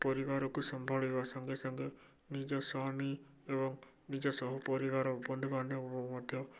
ପରିବାରକୁ ସମ୍ଭାଳିବା ସଙ୍ଗେ ସଙ୍ଗେ ନିଜ ସ୍ୱାମୀ ଏବଂ ନିଜ ସହ ପରିବାର ବନ୍ଧୁବାନ୍ଧବ ମଧ୍ୟ